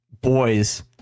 Boys